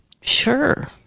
Sure